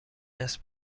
نسل